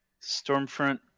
Stormfront